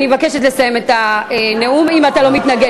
אני מבקשת לסיים את הנאום, אם אתה לא מתנגד.